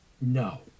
No